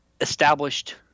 established